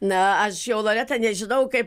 na aš jau loreta nežinau kaip